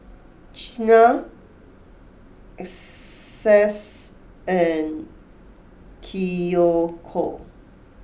Qiana Essex and Kiyoko